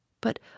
But